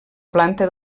planta